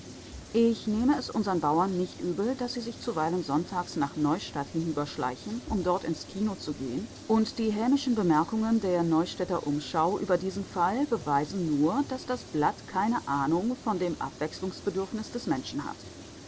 ich nehme es unseren bauern nicht übel daß sie sich zuweilen sonntags nach neustadt hinüberschleichen um dort ins kino zu gehen und die hämischen bemerkungen der neustädter umschau über diesen fall beweisen nur daß das blatt keine ahnung von dem abwechselungsbedürfnis des menschen hat